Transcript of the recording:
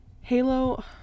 Halo